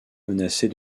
menacée